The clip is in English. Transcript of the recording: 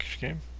game